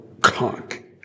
conk